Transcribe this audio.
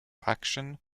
action